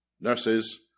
nurses